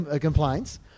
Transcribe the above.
complaints